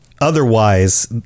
otherwise